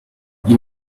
you